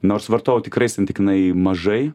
nors vartojau tikrai santykinai mažai